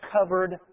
covered